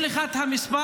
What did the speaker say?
יש לך את המספר?